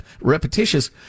repetitious